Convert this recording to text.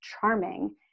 charming